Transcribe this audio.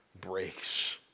breaks